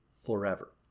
forever